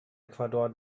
ecuador